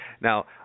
Now